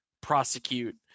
prosecute